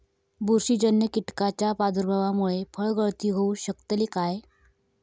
बुरशीजन्य कीटकाच्या प्रादुर्भावामूळे फळगळती होऊ शकतली काय?